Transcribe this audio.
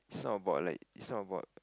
is not about like is not about